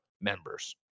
members